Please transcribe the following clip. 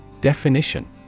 Definition